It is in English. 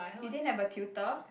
you didn't have a tutor